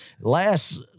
last –